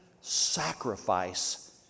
sacrifice